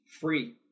free